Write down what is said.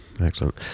excellent